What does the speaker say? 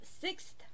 sixth